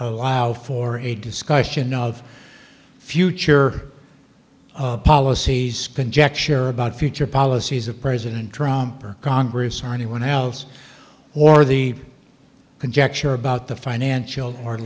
allow for a discussion of future policies conjecture about future policies of president trump or congress or anyone else or the conjecture about the financial or